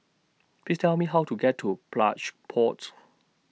Please Tell Me How to get to Plush Pods